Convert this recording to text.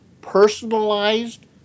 personalized